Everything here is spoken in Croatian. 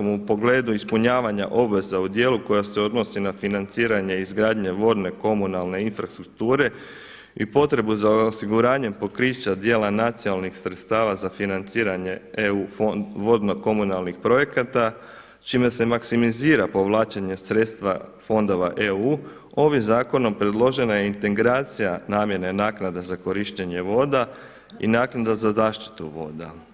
u pogledu ispunjavanja obveza u dijelu koje se odnosi na financiranje izgradnje vodne komunalne infrastrukture i potrebu za osiguranjem pokrića dijela nacionalnih sredstava za financiranje eu vodno komunalnih projekata čime se maksimizira povlačenje sredstva fondova EU ovim zakonom predložena je integracija namjene naknade za korištenje voda i naknada za zaštitu voda.